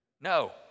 No